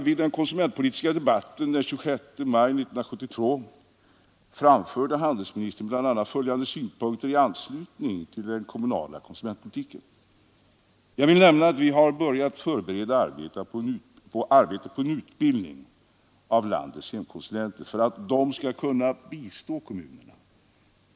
Vid den konsumentpolitiska debatten den 26 maj 1972 framförde handelsministern bl.a. följande synpunkter i anslutning till den kommunala konsumentpolitiken: ”Jag vill nämna att vi har börjat förbereda arbetet på en utbildning av landets hemkonsulenter för att de skall kunna bistå kommunerna.